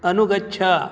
अनुगच्छ